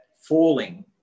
falling